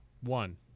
One